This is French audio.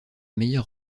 meilleur